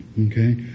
Okay